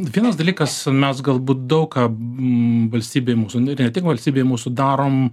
vienas dalykas mes galbūt daug ką valstybėj mūsų nu ir ne tik valstybėj mūsų darom